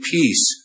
peace